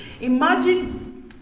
Imagine